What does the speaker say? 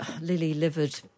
lily-livered